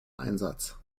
einsatz